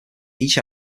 each